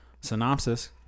synopsis